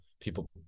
people